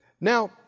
Now